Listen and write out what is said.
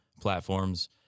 platforms